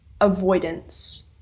avoidance